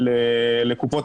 לגבי